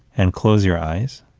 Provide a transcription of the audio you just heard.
and close your eyes.